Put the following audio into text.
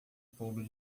bolo